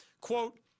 Quote